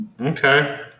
okay